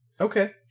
Okay